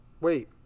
Wait